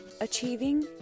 Achieving